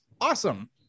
awesome